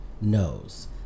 knows